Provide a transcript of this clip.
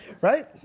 right